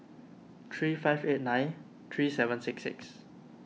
three five eight nine three seven six six